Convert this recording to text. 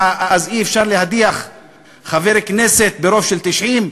אז אי-אפשר להדיח חבר כנסת ברוב של 90?